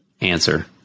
answer